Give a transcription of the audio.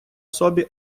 собі